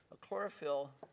chlorophyll